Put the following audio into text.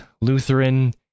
Lutheran